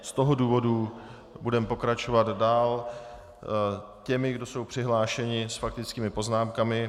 Z toho důvodu budeme pokračovat dál těmi, kdo jsou přihlášeni s faktickými poznámkami.